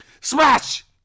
smash